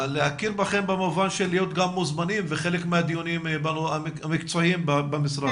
להכיר בכם במובן של להיות גם מוזמנים לחלק מהדיונים המקצועיים במשרד.